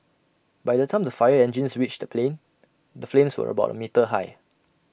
by the time the fire engines reached the plane the flames were about A metre high